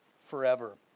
forever